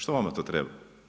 Što vama to treba?